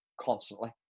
constantly